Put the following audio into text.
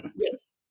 Yes